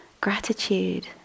gratitude